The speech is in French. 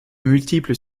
multiples